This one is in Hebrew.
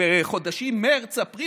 בחודשים מרץ-אפריל,